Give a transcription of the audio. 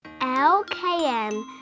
LKM